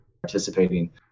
participating